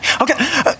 Okay